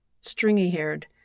Stringy-haired